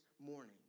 morning